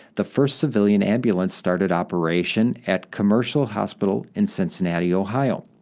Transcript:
the first civilian ambulance started operation at commercial hospital in cincinnati, ohio.